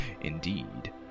Indeed